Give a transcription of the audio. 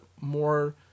more